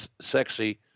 sexy